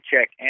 check